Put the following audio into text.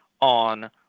on